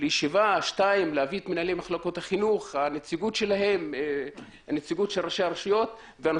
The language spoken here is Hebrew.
צריך לזמן את מנהלי מחלקות החינוך ונציגות של ראשי הרשויות לדיון משותף,